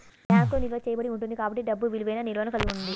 బ్యాంకులో నిల్వ చేయబడి ఉంటుంది కాబట్టి డబ్బు విలువైన నిల్వను కలిగి ఉంది